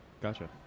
gotcha